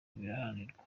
biraharanirwa